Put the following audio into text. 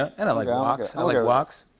and i like um guacs. i like guacs.